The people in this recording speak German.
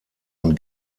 und